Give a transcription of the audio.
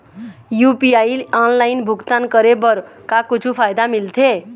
UPI online भुगतान करे बर का कुछू फायदा मिलथे?